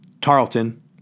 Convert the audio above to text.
Tarleton